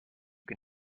can